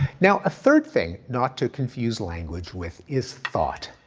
now, a third thing, not to confuse language with is thought.